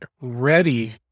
ready